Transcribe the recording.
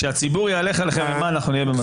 כשהציבור יהלך עליכם אימה, אנחנו נהיה במצב טוב.